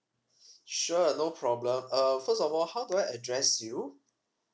sure no problem uh first of all how do I address you